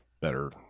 better